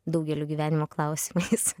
daugeliu gyvenimo klausimais